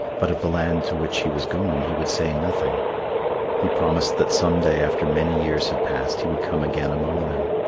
but of the land to which he was going he would say nothing he promised that some day after many years had passed he would come again among them.